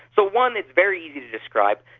so one, it's very easy to describe.